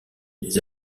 des